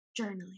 journaling